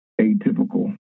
atypical